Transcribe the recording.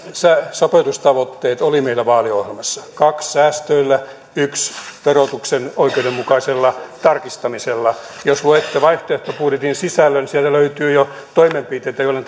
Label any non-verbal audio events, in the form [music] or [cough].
sopeutustavoitteet oli meillä vaaliohjelmassa kahdella säästöillä yhden verotuksen oikeudenmukaisella tarkistamisella jos luette vaihtoehtobudjetin sisällön siellä löytyy jo toimenpiteitä joilla [unintelligible]